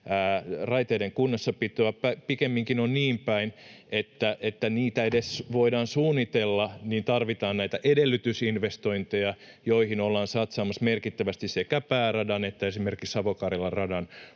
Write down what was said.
raiteiden kunnossapitoa. Pikemminkin on niinpäin, että jotta niitä edes voidaan suunnitella, tarvitaan näitä edellytysinvestointeja, joihin ollaan satsaamassa merkittävästi sekä pääradan että esimerkiksi Savo-Karjalan radan